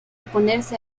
oponerse